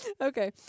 okay